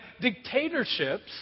dictatorships